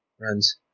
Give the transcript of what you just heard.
runs